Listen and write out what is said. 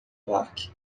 parque